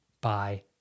Bye